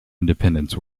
independents